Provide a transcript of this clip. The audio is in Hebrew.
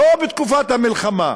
לא בתקופת המלחמה.